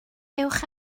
ewch